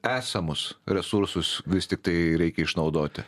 esamus resursus vis tiktai reikia išnaudoti